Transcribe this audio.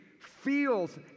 feels